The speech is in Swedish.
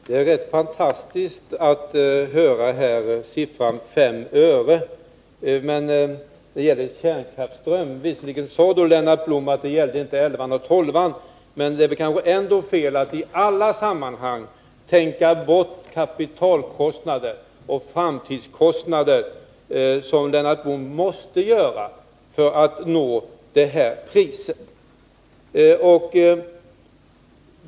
Herr talman! Det är rätt fantastiskt att höra beloppet 5 öre för kärnkraftsströmmen. Visserligen sade Lennart Blom att det inte gällde aggregaten 11 och 12, men det är kanske ändå fel att i alla sammanhang tänka bort kapitalkostnader och framtidskostnader, vilket Lennart Blom måste göra för att nå det priset.